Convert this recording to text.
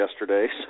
yesterday